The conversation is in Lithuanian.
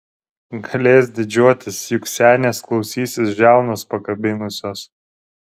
galės didžiuotis juk senės klausysis žiaunas pakabinusios